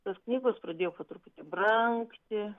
tos knygos pradėjo po truputį brangti